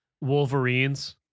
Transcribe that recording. Wolverines